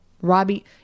Robbie